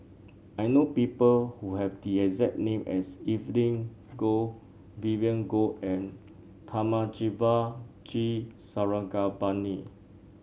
I know people who have the exact name as Evelyn Goh Vivien Goh and Thamizhavel G Sarangapani